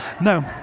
No